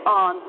on